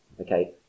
Okay